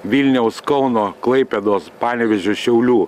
vilniaus kauno klaipėdos panevėžio šiaulių